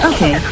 Okay